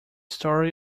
story